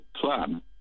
plan